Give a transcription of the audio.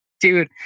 Dude